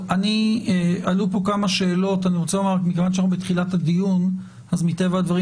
מכיוון שאנחנו בתחילת הדיון מטבע הדברים